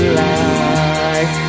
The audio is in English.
life